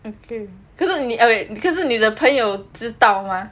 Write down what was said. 可是你的朋友知道吗